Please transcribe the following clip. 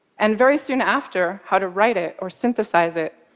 and very soon after, how to write it, or synthesize it.